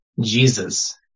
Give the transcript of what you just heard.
Jesus